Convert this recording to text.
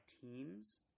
teams